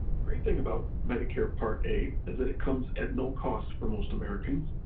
the great thing about medicare part a is that it comes at no cost for most americans,